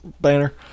banner